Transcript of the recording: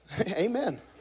Amen